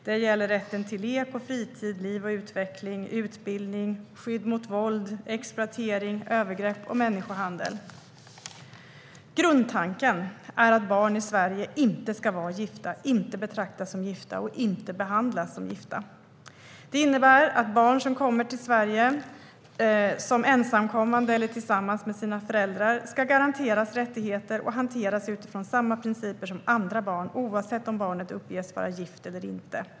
Det gäller såväl rätten till lek och fritid, rätten till liv och utveckling och rätten till utbildning som skydd mot våld, exploatering, övergrepp och människohandel. Grundtanken är att barn i Sverige inte ska vara gifta, inte betraktas som gifta och inte behandlas som gifta. Detta innebär att barn som kommer till Sverige, som ensamkommande eller tillsammans med sina föräldrar, ska garanteras rättigheter och hanteras utifrån samma principer som andra barn, oavsett om barnet uppges vara gift eller inte.